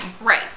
Right